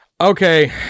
Okay